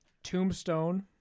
tombstone